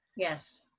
Yes